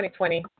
2020